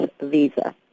visa